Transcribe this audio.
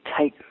take